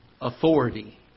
authority